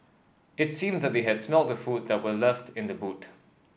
it seemed that they had smelt the food that were left in the boot